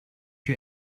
you